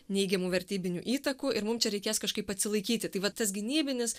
neigiamų vertybinių įtakų ir mum čia reikės kažkaip atsilaikyti tai va tas gynybinis